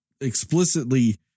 explicitly